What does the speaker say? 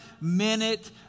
minute